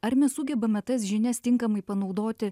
ar mes sugebame tas žinias tinkamai panaudoti